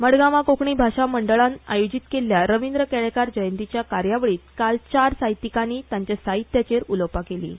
मडगांवां कोंकणी भाशा मंडळान आयोजीत केल्ल्या रवीन्द्र केळेकार जंयतीच्या कार्यावळींत आयज चार साहित्यीकानी तांच्या साहित्याचेर उलोवपा केलीं